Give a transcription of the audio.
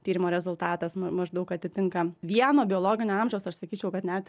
tyrimo rezultatas nu maždaug atitinka vieno biologinio amžiaus aš sakyčiau kad net